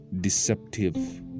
deceptive